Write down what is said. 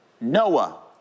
Noah